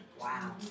Wow